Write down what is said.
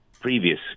previous